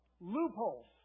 loopholes